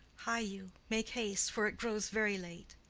hie you, make haste, for it grows very late.